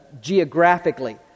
geographically